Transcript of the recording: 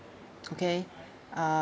okay uh